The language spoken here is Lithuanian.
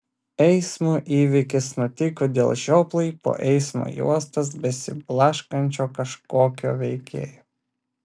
eismo įvykis nutiko dėl žioplai po eismo juostas besiblaškančio kažkokio veikėjo